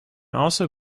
also